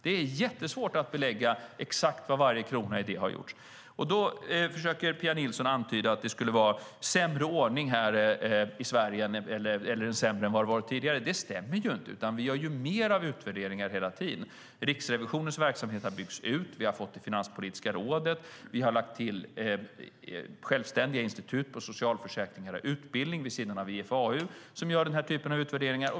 Det är jättesvårt att belägga exakt vad varje krona gjort. Pia Nilsson försöker antyda att det skulle råda en sämre ordning i Sverige än tidigare. Det stämmer inte. Vi gör mer av utvärderingar hela tiden. Riksrevisionens verksamhet har byggts ut. Vi har fått Finanspolitiska rådet. Vi har lagt till självständiga institut inom socialförsäkring och utbildning vid sidan av IFAU som gör den här typen av utvärderingar.